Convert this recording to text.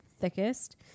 thickest